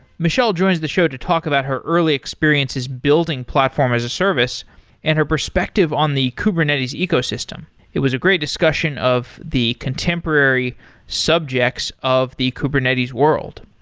michelle joins the show to talk about her early experiences building platform as a service and her perspective on the kubernetes ecosystem it was a great discussion of the contemporary subjects of the kubernetes world.